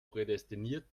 prädestiniert